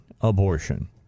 abortion